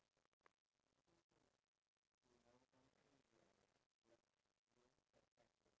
but one thing about me I feel like I want to go to these places I want to visit the country but